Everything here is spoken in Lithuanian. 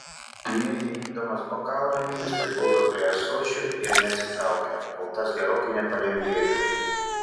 nė neimdamas bokalo emilis prigludo prie ąsočio ir neatsitraukė kol tas gerokai nepalengvėjo